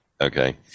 okay